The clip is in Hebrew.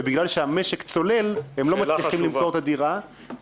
ובגלל שהמשק צולל הם לא מצליחים למכור את הדירה.